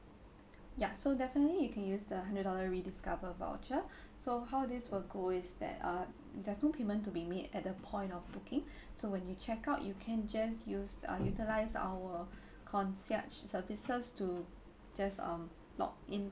ya so definitely you can use the hundred dollar rediscover voucher so how this will go is that uh there's no payment to be made at the point of booking so when you check out you can just use uh utilise our concierge services to just um log in